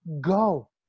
go